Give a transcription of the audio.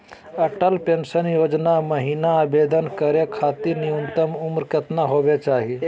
Atal pension योजना महिना आवेदन करै खातिर न्युनतम उम्र केतना होवे चाही?